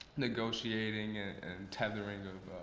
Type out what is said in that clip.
negotiating and tethering of